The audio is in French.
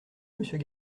monsieur